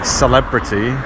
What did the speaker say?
celebrity